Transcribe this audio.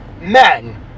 men